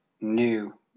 new